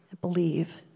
believe